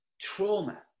trauma